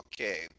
okay